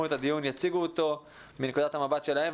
את הדיון יציגו אותו מנקודת המבט שלהם,